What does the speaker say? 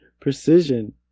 Precision